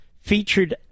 featured